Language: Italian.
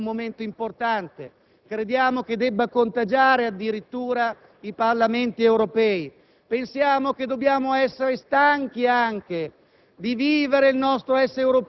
questa mozione sia un momento importante e crediamo che debba contagiare addirittura i Parlamenti europei; pensiamo anche che dobbiamo essere stanchi di